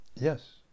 Yes